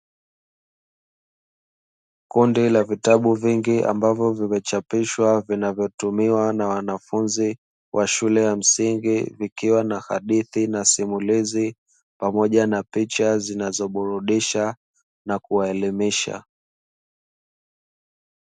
Kundi la vitabu vingi ambavyo vimechapishwa vinavyotumiwa na wanafunzi wa shule ya msingi, vikiwa na hadithi na masimulizi pamoja na picha zinazoburudisha na kuelimisha.